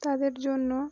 তাদের জন্য